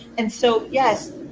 and so yes,